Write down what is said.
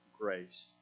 grace